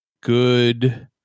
good